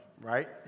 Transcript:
right